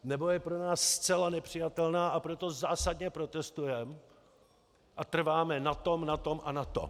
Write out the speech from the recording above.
Nebo je pro nás zcela nepřijatelná, a proto zásadně protestujeme a trváme na tom, na tom a na tom.